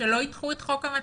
שלא ידחו את חוק המצלמות.